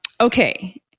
okay